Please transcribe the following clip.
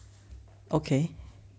okay